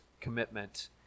commitment